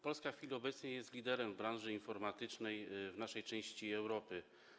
Polska w chwili obecnej jest liderem w branży informatycznej w naszej części Europy.